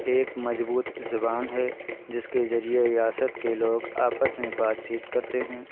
ایک مضبوط زبان ہے جس کے ذریعے ریاست کے لوگ آپس میں بات چیت کرتے ہیں